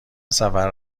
سفر